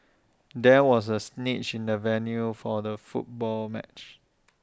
there was A snitch in the venue for the football match